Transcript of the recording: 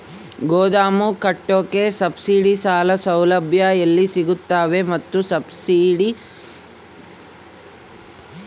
ಗೋದಾಮು ಕಟ್ಟೋಕೆ ಸಬ್ಸಿಡಿ ಸಾಲ ಸೌಲಭ್ಯ ಎಲ್ಲಿ ಸಿಗುತ್ತವೆ ಮತ್ತು ಎಷ್ಟು ಸಬ್ಸಿಡಿ ಬರುತ್ತೆ?